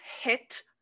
hit